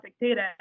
data